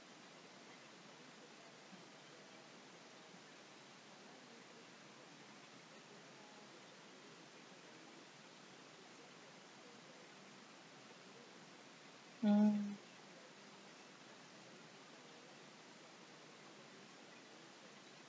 hmm